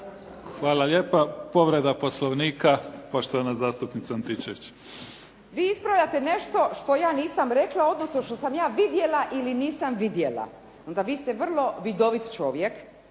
Hvala lijepa. Povreda Poslovnika, poštovana zastupnica Antičević. **Antičević Marinović, Ingrid (SDP)** Vi ispravljate nešto što ja nisam rekla, odnosno što sam ja vidjela ili nisam vidjela, onda vi ste vrlo vidovit čovjek.